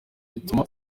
ituma